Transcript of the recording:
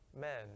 men